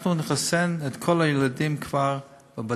אנחנו נחסן את כל הילדים נגד שפעת כבר בבתי-הספר.